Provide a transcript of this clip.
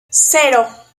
cero